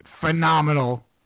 phenomenal